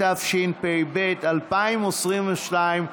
התשפ"ב 2022,